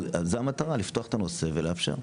אבל זו המטרה, לפתוח את הנושא ולאפשר.